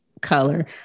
color